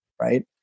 right